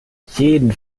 jeden